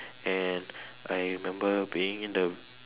and I remember being in the